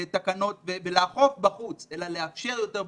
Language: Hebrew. בתקנות ולאכוף בחוץ, אלא לאפשר יותר בחוץ.